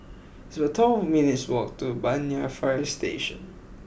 it's about twelve minutes' walk to Banyan Fire Station